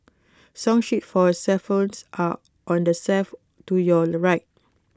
song sheets for xylophones are on the shelf to your right